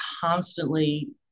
constantly